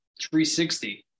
360